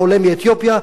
עולה מאתיופיה,